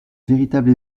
véritable